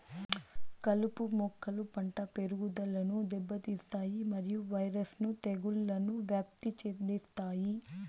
కలుపు మొక్కలు పంట పెరుగుదలను దెబ్బతీస్తాయి మరియు వైరస్ ను తెగుళ్లను వ్యాప్తి చెందిస్తాయి